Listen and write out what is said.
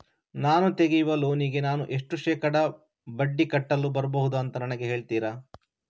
ನಾನು ತೆಗಿಯುವ ಲೋನಿಗೆ ನಾನು ಎಷ್ಟು ಶೇಕಡಾ ಬಡ್ಡಿ ಕಟ್ಟಲು ಬರ್ಬಹುದು ಅಂತ ನನಗೆ ಹೇಳ್ತೀರಾ?